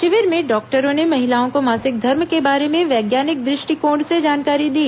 शिविर में डॉक्टरों ने महिलाओं को मासिक धर्म के बारे में वैज्ञानिक दृष्टिकोण से जानकारी दी